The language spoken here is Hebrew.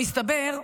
מסתבר,